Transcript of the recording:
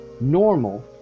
normal